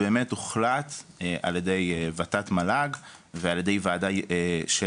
ובאמת הוחלט ע"י ות"ת מל"ג ועל ידי ועדה של